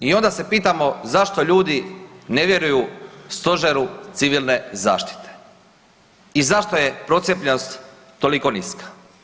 I onda se pitamo zašto ljudi ne vjeruju Stožeru civilne zaštite i zašto je procijepljenost toliko niska.